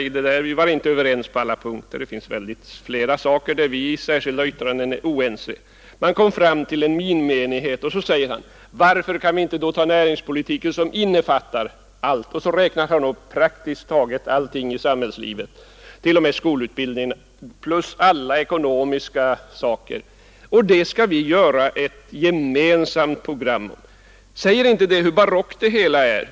Vi var inte överens på alla punkter — på flera punkter har vi särskilda yttranden som visar att vi var oense. Man kom alltså fram till en minimienighet. Och så säger herr Sjönell: Varför kan vi då inte ta näringspolitiken som innefattar allt? Och så räknar han upp praktiskt taget allting i samhällslivet t.o.m. skolutbildningen plus alla ekonomiska frågor. Och här skall vi då göra ett gemensamt program. Säger inte det hur barockt det hela är?